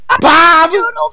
Bob